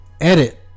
edit